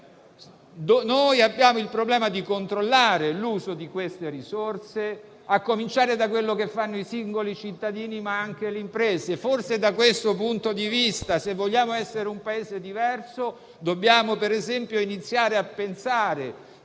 Abbiamo il problema di controllare l'uso delle risorse, a cominciare da quello che fanno i singoli cittadini, ma anche le imprese. Forse, da questo punto di vista, se vogliamo essere un Paese diverso, dobbiamo capire che, se vogliamo iniziare